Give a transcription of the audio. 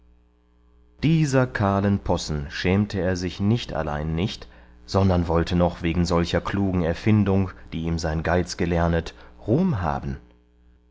dieser kahlen possen schämte er sich nicht allein sondern wollte noch wegen solcher klugen erfindung die ihm sein geiz gelernet ruhm haben